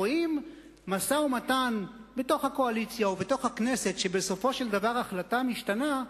רואים משא-ומתן בתוך הקואליציה ובתוך הכנסת שבסופו של דבר החלטה משתנה,